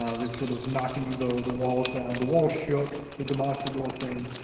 ah they're sort of knocking the the walls down, the walls shook, they demolished the doorframe.